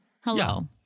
Hello